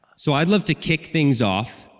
so i'd love to kick things off,